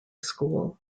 school